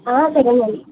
సరేనండి